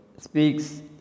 speaks